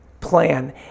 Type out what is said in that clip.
plan